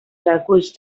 reculls